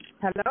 Hello